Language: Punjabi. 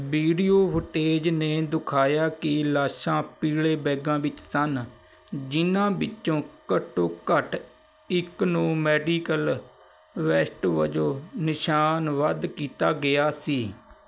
ਵੀਡੀਓ ਫੁਟੇਜ ਨੇ ਦਿਖਾਇਆ ਕਿ ਲਾਸ਼ਾਂ ਪੀਲੇ ਬੈਗਾਂ ਵਿੱਚ ਸਨ ਜਿਨ੍ਹਾਂ ਵਿੱਚੋਂ ਘੱਟੋ ਘੱਟ ਇੱਕ ਨੂੰ ਮੈਡੀਕਲ ਵੈਸਟ ਵਜੋਂ ਨਿਸ਼ਾਨਬੱਧ ਕੀਤਾ ਗਿਆ ਸੀ